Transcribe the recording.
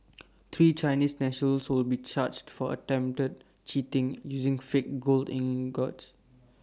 three Chinese nationals will be charged for attempted cheating using fake gold ingots